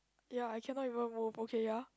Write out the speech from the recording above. ya I cannot even move okay ya